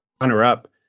runner-up